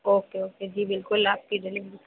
okay okay जी बिल्कुल आपकी जलेबी